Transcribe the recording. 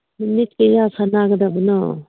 ꯅꯨꯃꯤꯠ ꯀꯌꯥ ꯁꯥꯟꯅꯒꯗꯕꯅꯣ